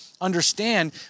understand